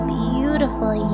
beautiful